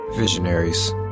Visionaries